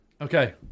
Okay